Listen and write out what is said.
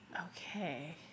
Okay